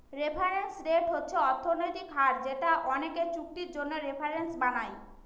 reference rate হচ্ছে অর্থনৈতিক হার যেটা অনেকে চুক্তির জন্য রেফারেন্স বানায়